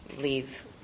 leave